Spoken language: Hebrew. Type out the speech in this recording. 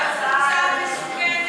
התשע"ז 2017,